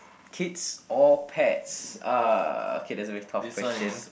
kids or pets uh okay that's a very tough question